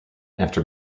after